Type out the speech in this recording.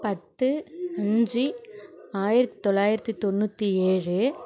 பத்து அஞ்சு ஆயிரத்து தொள்ளாயிரத்தி தொண்ணூற்றி ஏழு